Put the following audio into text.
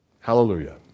hallelujah